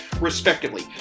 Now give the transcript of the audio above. respectively